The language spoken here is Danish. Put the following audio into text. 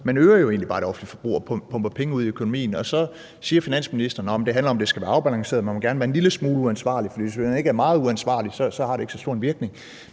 egentlig bare det offentlige forbrug og pumper penge ud i økonomien. Og så siger finansministeren, at det handler om, at det skal være afbalanceret, og at man gerne må være en lille smule uansvarlig, for hvis man ikke er meget uansvarlig, har det ikke så stor en virkning.